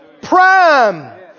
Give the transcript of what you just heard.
prime